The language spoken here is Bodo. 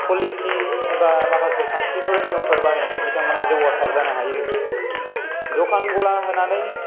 फलिसि एबा माखासे खान्थिफोर नियमफोर बाहायनानै बिथांमोनहा जौगासार जानो हायो दखान गला होनानै